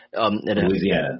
Louisiana